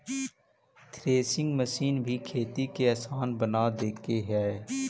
threshing machine भी खेती के आसान बना देके हइ